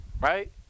right